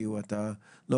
אביהו, תוכל